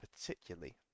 particularly